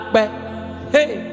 Hey